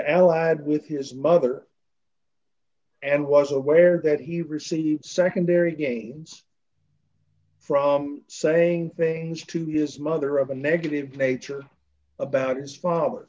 allied with his mother and was aware that he received secondary gains from saying things to his mother of a negative nature about his father